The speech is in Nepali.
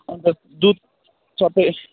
अनि त दुध सबै